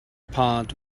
part